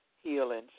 healing